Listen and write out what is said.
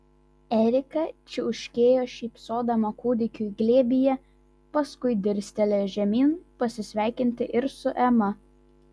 erika čiauškėjo šypsodama kūdikiui glėbyje paskui dirstelėjo žemyn pasisveikinti ir su ema